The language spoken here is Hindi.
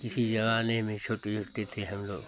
किसी ज़माने में खत लिखते थे हम लोग